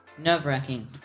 Nerve-wracking